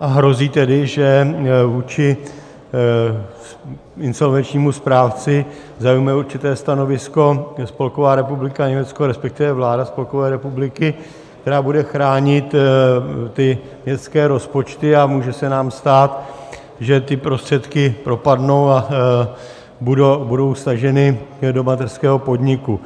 a hrozí tedy, že vůči insolvenčnímu správci zaujme určité stanovisko Spolková republika Německo, respektive vláda Spolkové republiky, která bude chránit ty městské rozpočty, a může se nám stát, že ty prostředky propadnou a budou staženy do mateřského podniku.